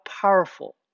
powerful